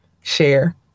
share